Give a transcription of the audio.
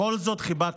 בכל זאת חיבקת.